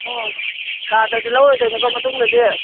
ꯎꯝ ꯇꯥꯗꯗꯤ ꯂꯧꯔꯣꯏꯗꯣꯏꯅꯤꯀꯣ ꯃꯇꯨꯡꯗꯗꯤ